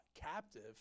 captive